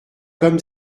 comme